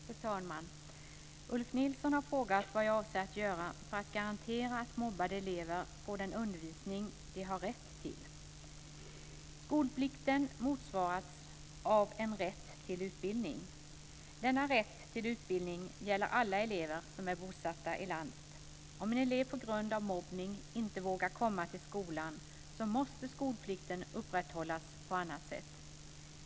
Fru talman! Ulf Nilsson har frågat vad jag avser att göra för att garantera att mobbade elever får den undervisning som de har rätt till. Skolplikten motsvaras av en rätt till utbildning. Denna rätt till utbildning gäller alla elever som är bosatta i landet. Om en elev på grund av mobbning inte vågar komma till skolan måste skolplikten upprätthållas på annat sätt.